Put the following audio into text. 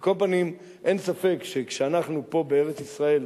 על כל פנים, אין ספק שכשאנחנו פה בארץ-ישראל,